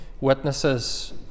witnesses